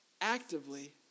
Actively